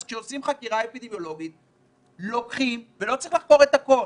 אז כשעושים חקירה אפידמיולוגית לא צריך לחקור את הכול,